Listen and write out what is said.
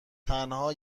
تنها